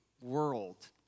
world